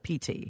PT